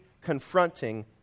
confronting